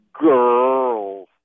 girls